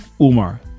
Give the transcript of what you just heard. Umar